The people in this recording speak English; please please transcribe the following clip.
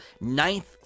Ninth